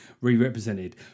re-represented